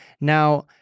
Now